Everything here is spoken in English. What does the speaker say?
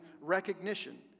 recognition